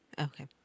Okay